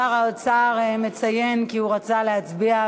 שר האוצר מציין כי הוא רצה להצביע,